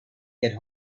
get